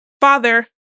father